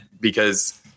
because-